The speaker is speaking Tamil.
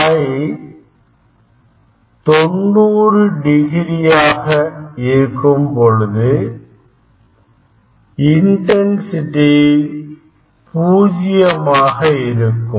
∅ தொண்ணூறு டிகிரியாக இருக்கும் பொழுது இன்டன்சிடி பூஜ்ஜியமாக இருக்கும்